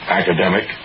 academic